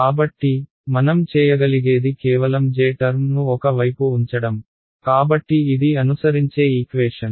కాబట్టి మనం చేయగలిగేది కేవలం j టర్మ్ను ఒక వైపు ఉంచడం కాబట్టి ఇది అనుసరించే ఈక్వేషన్